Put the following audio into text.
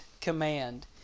command